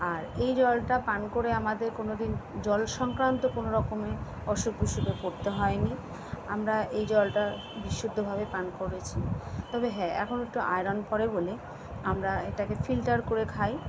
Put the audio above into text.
আর এই জলটা পান করে আমাদের কোনোদিন জল সংক্রান্ত কোনো রকমে অসুখ বিসুখে পড়তে হয় নি আমরা এই জলটা বিশুদ্ধভাবে পান করেছি তবে হ্যাঁ এখন একটু আয়রন পরে বলে আমরা এটাকে ফিল্টার করে খাই